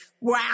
wow